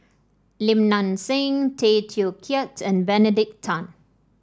Lim Nang Seng Tay Teow Kiat and Benedict Tan